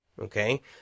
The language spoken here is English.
Okay